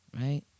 Right